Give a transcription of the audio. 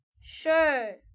Sure